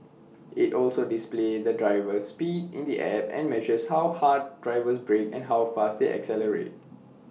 IT also displays the driver's speed in the app and measures how hard drivers brake and how fast they accelerate